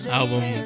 album